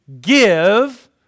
give